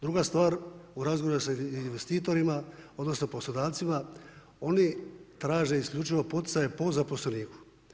Druga stvar, u razgovoru sa investitorima, odnosno poslodavcima, oni traže isključivo poticaje po zaposleniku.